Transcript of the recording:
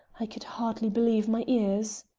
i could hardly believe my ears.